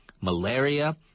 malaria